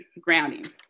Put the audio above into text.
grounding